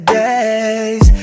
days